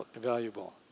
valuable